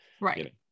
right